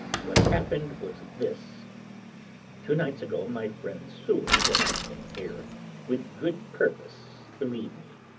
what happened was this two nights ago my friend seward and i came here with good purpose, believe me.